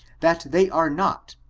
that they are not,